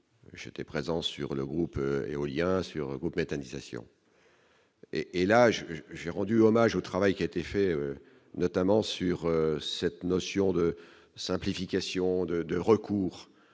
j'étais présent sur le groupe éolien sur groupe méthanisation. Et, et là j'ai rendu hommage au travail qui a été fait, notamment sur cette notion de simplification de de recours